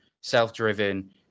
self-driven